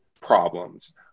problems